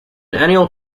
annual